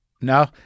No